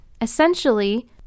Essentially